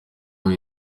aha